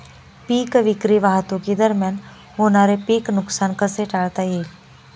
पीक विक्री वाहतुकीदरम्यान होणारे पीक नुकसान कसे टाळता येईल?